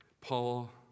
Paul